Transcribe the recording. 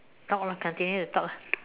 talk lah continue to talk lah